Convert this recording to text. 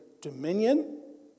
dominion